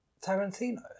Tarantino